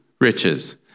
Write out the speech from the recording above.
riches